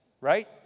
right